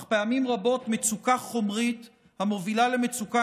אך פעמים רבות מצוקה חומרית המובילה למצוקה